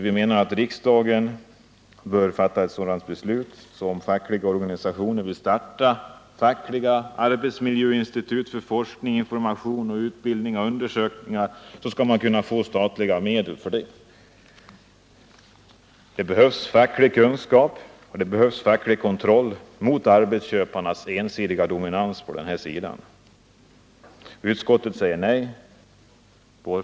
Vi menar att riksdagen bör fatta ett sådant beslut att fackliga organisationer som vill starta fackliga arbetsmiljöinstitut för forskning, information, utbildning och undersökningar skall kunna få statliga medel för det. Det behövs facklig kunskap och det behövs facklig kontroll mot arbetsköparnas ensidiga dominans på denna sida. Utskottet säger nej.